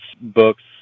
books